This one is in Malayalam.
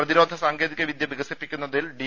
പ്രതിരോധ സാങ്കേതിക വിദ്യ വികസിപ്പിക്കുന്നതിൽ ഡി